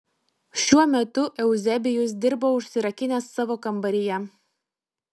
šiuo metu euzebijus dirbo užsirakinęs savo kambaryje